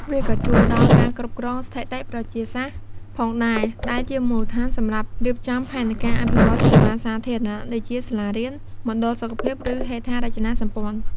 វាក៏ជួយដល់ ការគ្រប់គ្រងស្ថិតិប្រជាសាស្ត្រ ផងដែរ ដែលជាមូលដ្ឋានសម្រាប់រៀបចំផែនការអភិវឌ្ឍន៍សេវាសាធារណៈដូចជា សាលារៀន មណ្ឌលសុខភាព ឬហេដ្ឋារចនាសម្ព័ន្ធ។